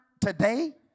today